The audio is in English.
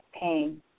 pain